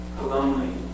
lonely